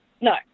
No